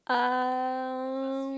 um